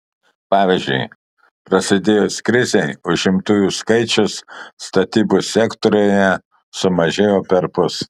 pavyzdžiui prasidėjus krizei užimtųjų skaičius statybos sektoriuje sumažėjo perpus